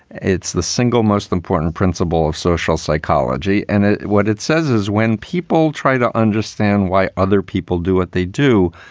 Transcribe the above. it's the single most important principle of social psychology. and what it says is when people try to understand why other people do what they do,